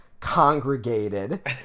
congregated